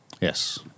Yes